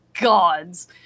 gods